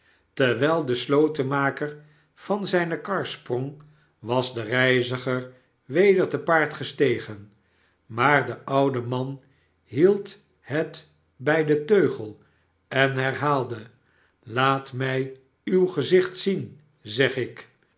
terwijl de slotenmaker van zijne kar sprong was de reiziger weder te paard gestegen maar de oude man hield het bij den teugel en herhaalde laat mij uw gezicht zien zeg ik